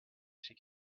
she